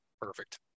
perfect